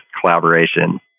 collaboration